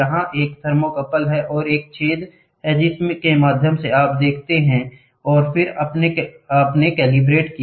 यहां एक थर्मोकपल है और एक छेद हैं जिसके माध्यम से आप देखते हैं और फिर आपने कैलिब्रेट किया